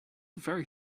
very